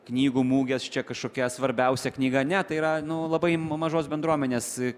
knygų mugės čia kažkokia svarbiausia knyga net tai yra nu labai mažos bendruomenės